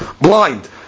blind